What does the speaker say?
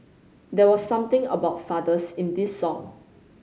there was something about fathers in this song